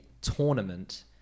tournament